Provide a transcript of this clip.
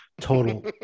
total